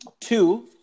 Two